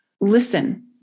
listen